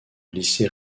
lycée